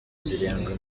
zirindwi